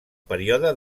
període